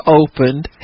opened